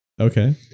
Okay